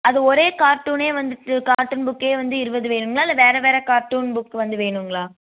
அது ஒரே கார்ட்டூனே வந்துவிட்டு கார்ட்டூன் புக்கே வந்து இருபது வேணும்ங்களா இல்லை வேறு வேறு கார்ட்டூன் புக் வந்து வேணும்ங்களா